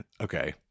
okay